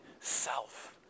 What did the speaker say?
self